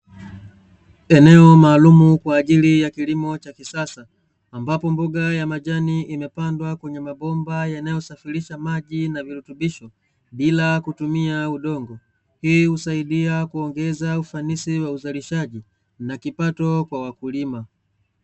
Eneo maalumu kwajili ya kilimo cha kisasa ambapo mboga za majani zimeoteshwa kwenye mabomba yanayosafirishwa maji na virutubisho bila kutumia udongo, hii husaidia kuongeza ufanisi wa uzalishaji na kipato kwa wakulima.